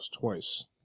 twice